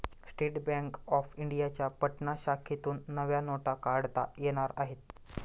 state bank of इंडियाच्या पटना शाखेतून नव्या नोटा काढता येणार आहेत